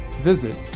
visit